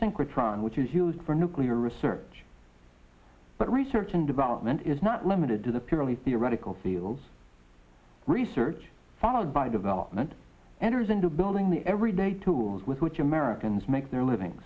synchrotron which is used for nuclear research but research and development is not limited to the purely theoretical feels research followed by development enters into building the everyday tools with which americans make their living